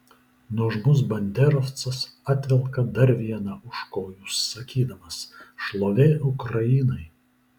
nuožmus banderovcas atvelka dar vieną už kojų sakydamas šlovė ukrainai